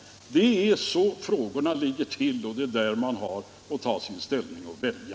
Det är så det ligger till, och det är där vi har att välja.